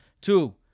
two